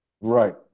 Right